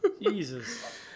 Jesus